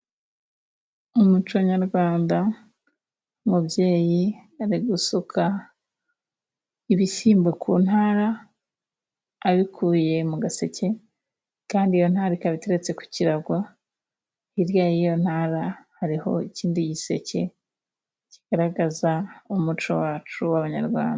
Mu muco nyarwanda umubyeyi ari gusuka ibishyimbo ku ntara abikuye mu gaseke, kandi iyo ntara ikaba iteretse ku kirago, hirya y'iyo ntara hariho ikindi giseke kigaragaza umuco wacu w'abanyarwanda.